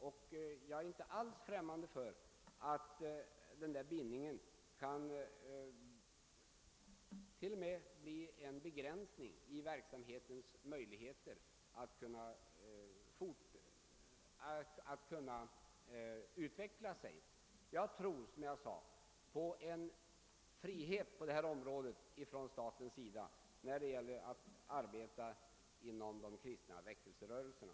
Ja, jag är inte ens främmande för att denna bindning rent av kan bli en begränsning i rörelsens möjligheter att kunna utvecklas. Som jag tidigare sade tror jag på frihet från statligt ingripande i arbetet inom de kristna väckelserörelserna.